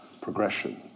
progression